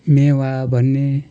मेवा भन्ने